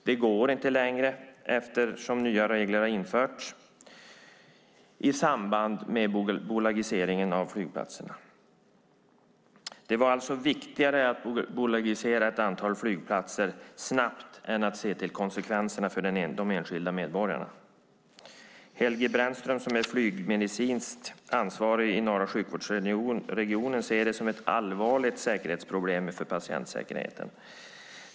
Det går inte längre eftersom nya regler har införts i samband med bolagiseringen av flygplatserna. Det var viktigare att bolagisera ett antal flygplatser snabbt än att se till konsekvenserna för de enskilda medborgarna. Helge Brändström, som är flygmedicinskt ansvarig i norra sjukvårdsregionen, ser det som ett allvarligt säkerhetsproblem för patientsäkerheten.